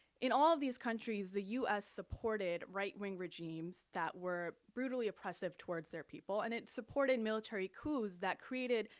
in all these countries, the us supported right-wing regimes that were brutally oppressive towards their people, and it supported military coups that created,